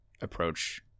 approach